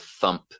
thump